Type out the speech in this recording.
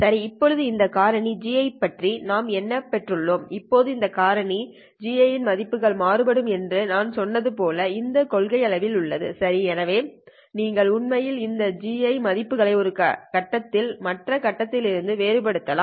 சரி இந்த காரணி Gi யைப் பற்றி நாம் என்ன பெற்றுள்ளோம் இப்போது இந்த Gi யின் மதிப்புகள் மாறுபடும் என்று நான் சொன்னது போல இது கொள்கையளவில் உள்ளது சரி எனவே நீங்கள் உண்மையில் இந்த Gi மதிப்புகளை ஒரு கட்டத்தில் மற்ற கட்டத்திலிருந்து வேறுபடுத்தலாம்